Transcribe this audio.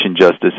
justice